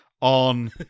on